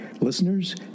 listeners